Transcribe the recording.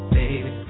baby